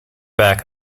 back